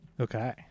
Okay